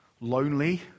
lonely